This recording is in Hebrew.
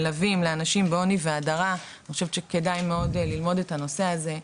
מלווים לאנשים בעוני והדרה כדאי מאוד ללמוד את הנושא הזה.